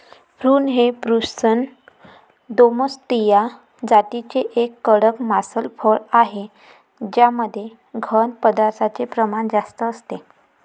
prune हे Prunus domestica जातीचे एक कडक मांसल फळ आहे ज्यामध्ये घन पदार्थांचे प्रमाण जास्त असते